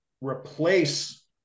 replace